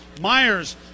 Myers